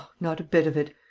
not a bit of it!